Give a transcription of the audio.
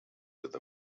with